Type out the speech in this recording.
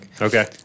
Okay